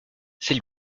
c’est